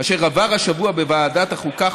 אשר עבר השבוע בוועדת החוקה,